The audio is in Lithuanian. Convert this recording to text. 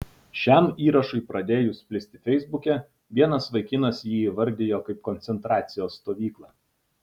šiam įrašui pradėjus plisti feisbuke vienas vaikinas jį įvardijo kaip koncentracijos stovyklą